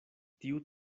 tiu